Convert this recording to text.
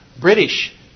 British